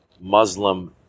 Muslim